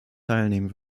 teilnehmen